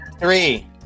three